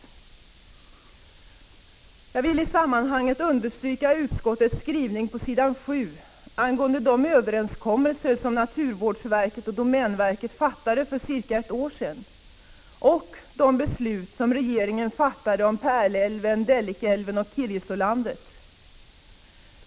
10 december 1985 Jag vill i sammanhanget understryka utskottets skrivning på s. 7angående Aro de överenskommelser som naturvårdsverket och domänverket träffade för cirka ett år sedan, och de beslut som regeringen fattat om Pärlälven, Dellikälven och Kirjesålandet.